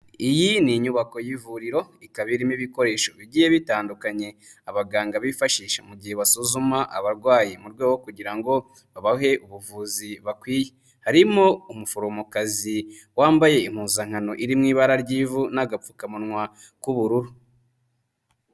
Iyi ni inyubako y'ivuriro ikaba irimo ibikoresho bigiye bitandukanye, abaganga bifashisha mu gihe basuzuma abarwayi, mu rwego rwo kugira ngo babahe ubuvuzi bakwiye, harimo umuforomokazi wambaye impuzankano iri mu ibara ry'ivu n'agapfukamunwa k'ubururu.